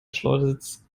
schleudersitz